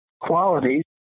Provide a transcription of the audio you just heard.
qualities